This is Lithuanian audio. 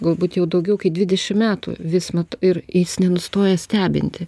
galbūt jau daugiau kaip dvidešim metų vis ir jis nenustoja stebinti